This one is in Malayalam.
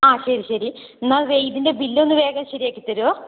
ആ ശരി ശരി എന്നാൽ ഇതിൻ്റെ ബില്ലൊന്ന് വേഗം ശരിയാക്കി തരുമോ